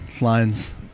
lines